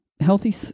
healthy